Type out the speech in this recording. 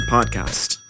Podcast